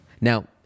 Now